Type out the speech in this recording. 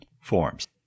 forms